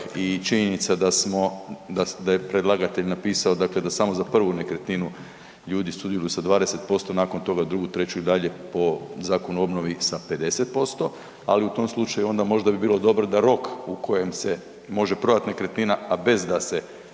i činjenica da smo, da je predlagatelj napisao dakle da samo za prvu nekretninu ljudi sudjeluju sa 20%, nakon toga drugu, treću i dalje po Zakonu o obnovi sa 50%, ali u tom slučaju onda možda bi bilo dobro da rok u kojem se može prodati nekretnina, a bez da se